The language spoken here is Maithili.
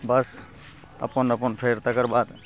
बस अपन अपन फेर तेकर बाद